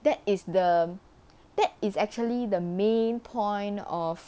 that is the that is actually the main point of